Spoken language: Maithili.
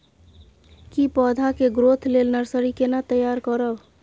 की पौधा के ग्रोथ लेल नर्सरी केना तैयार करब?